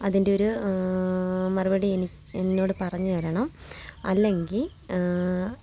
അതിൻ്റെ ഒരു മറുപടി എനി എന്നോട് പറഞ്ഞു തരണം അല്ലെങ്കിൽ